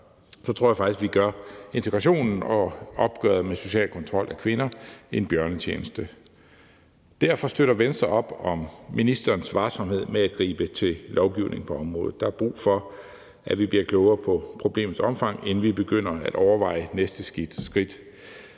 tror jeg faktisk, vi gør integrationen og opgøret med social kontrol af kvinder en bjørnetjeneste. Derfor støtter Venstre op om ministerens varsomhed med at gribe til lovgivning på området. Der er brug for, at vi bliver klogere på problemets omfang, inden vi begynder at overveje næste skridt.